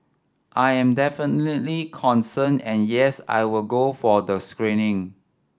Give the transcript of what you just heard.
I am definitely concerned and yes I will go for the screening